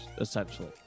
essentially